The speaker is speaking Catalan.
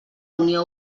unió